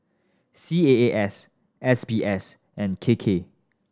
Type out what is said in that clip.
C A A S S B S and K K